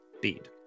bead